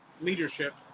leadership